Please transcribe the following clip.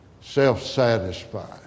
self-satisfied